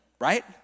Right